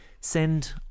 Send